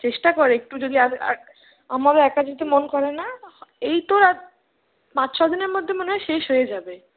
চেষ্টা কর একটু যদি আমারও একা যেতে মন করে না এই তো আর পাঁচ ছদিনের মধ্যে মনে হয় শেষ হয়ে যাবে